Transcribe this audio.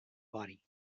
body